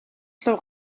луу